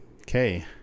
Okay